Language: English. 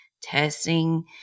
testing